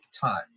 time